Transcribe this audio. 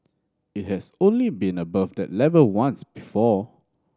it has only been above that level once before